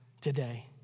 today